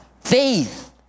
faith